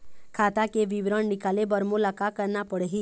खाता के विवरण निकाले बर मोला का करना पड़ही?